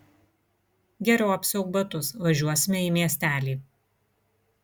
geriau apsiauk batus važiuosime į miestelį